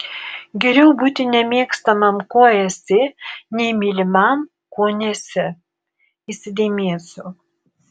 geriau būti nemėgstamam kuo esi nei mylimam kuo nesi įsidėmėsiu